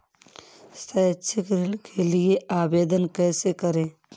शैक्षिक ऋण के लिए आवेदन कैसे करें?